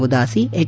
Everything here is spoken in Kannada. ಉದಾಸಿ ಹೆಚ್